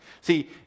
See